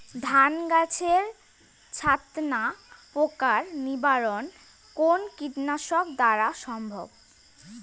ধান গাছের ছাতনা পোকার নিবারণ কোন কীটনাশক দ্বারা সম্ভব?